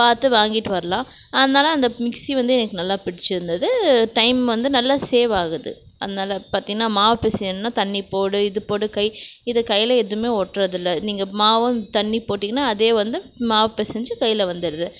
பார்த்து வாங்கிவிட்டு வரலாம் அதனால அந்த மிக்ஸி வந்து எனக்கு நல்லா பிடிச்சிருந்துது டைம் வந்து நல்ல சேவ் ஆகுது அதனால பார்த்தினா மாவு பிசையணுனா தண்ணீபோடு இதுபோடு கை இது கையிலே எதுவுமே ஒட்டுகிறது இல்லை நீங்கள் மாவும் தண்ணி போட்டிங்ன்னா அதே வந்து மாவு பெசஞ்சு கையில வந்துருது